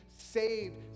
Saved